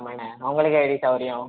ஆமாண்ணே உங்களுக்கு எது சௌகரியம்